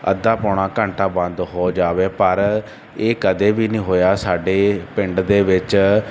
ਅੱਧਾ ਪੌਣਾ ਘੰਟਾ ਬੰਦ ਹੋ ਜਾਵੇ ਪਰ ਇਹ ਕਦੇ ਵੀ ਨਹੀਂ ਹੋਇਆ ਸਾਡੇ ਪਿੰਡ ਦੇ ਵਿੱਚ